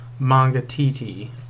Mangatiti